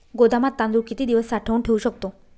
गोदामात तांदूळ किती दिवस साठवून ठेवू शकतो?